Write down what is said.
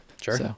sure